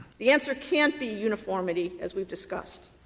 the answer can't be uniformity as we've discussed.